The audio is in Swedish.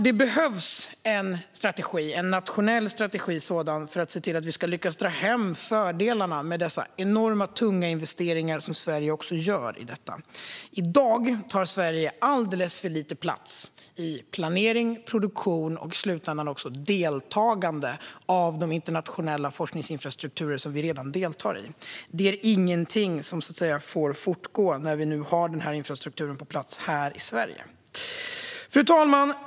Det behövs en nationell strategi för att vi ska lyckas dra hem fördelarna med de enorma, tunga investeringar som Sverige gör i detta. I dag tar Sverige alldeles för lite plats i planering, produktion och i slutändan även deltagande när det gäller de internationella forskningsinfrastrukturer vi redan deltar i. Det är ingenting som får fortgå nu när vi har den här infrastrukturen på plats i Sverige. Fru talman!